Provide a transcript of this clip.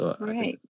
Right